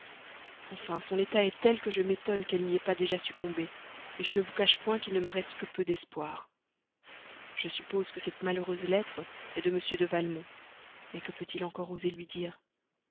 enfin son état est tel que je m'étonne qu'elle n'y ait pas déjà succombé je ne vous cache point qu'il ne me reste que bien peu d'espoir je suppose que cette malheureuse lettre est de m de valmont mais que peut-il encore oser lui dire